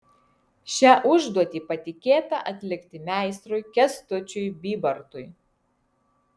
šią užduotį patikėta atlikti meistrui kęstučiui bybartui